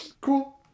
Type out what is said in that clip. cool